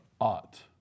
ought